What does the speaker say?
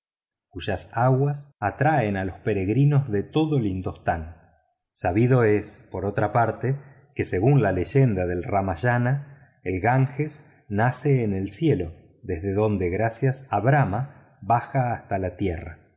cuyas aguas atraen a los peregrinos de todo el indostán sabido es por otra parte que según las leyendas del ramayana el ganges nace en el cielo desde donde gracias a brahma baja hasta la tierra